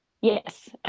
Yes